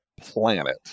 planet